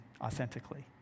authentically